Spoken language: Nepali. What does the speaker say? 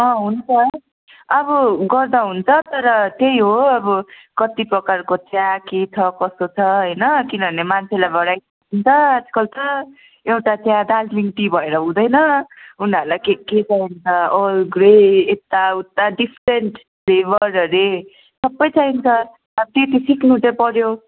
अँ हुन्छ अब गर्दा हुन्छ तर त्यही हो अब कति प्रकारको चिया के छ कसो छ होइन किनभने मान्छेलाई भराइ आजकल त एउटा चिया दार्जिलिङ टी भएर हुँदैन उनीहरूलाई के के चाहिन्छ ओल्ड ग्रे यता उता डिफ्रेन्ट फ्लेभर अरे सबै चाहिन्छ त्यति सिक्नु चाहिँ पऱ्यो